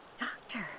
Doctor